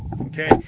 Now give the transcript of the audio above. Okay